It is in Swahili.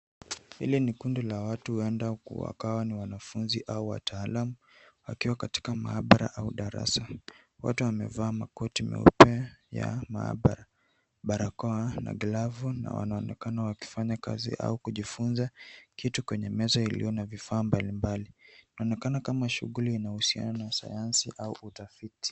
Hili ni kundi la watu huenda wakawa ni wanafunzi au wataalam wakiwa Katika maabara au darasa wote wamevaa makoti meupe ya maabara, barakoa na glovu na wanaonekana wakifanya kazi au kujifunza kitu kwenye meza iliyo na vifaa mbalimbali, inaonekana kama shughuli inayohusiana na sayansi au utafiti.